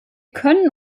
können